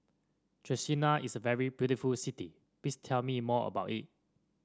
Chisinau is a very beautiful city please tell me more about it